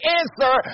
answer